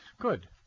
Good